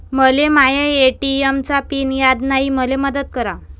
मले माया ए.टी.एम चा पिन याद नायी, मले मदत करा